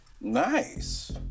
Nice